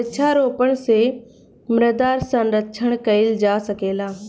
वृक्षारोपण से मृदा संरक्षण कईल जा सकेला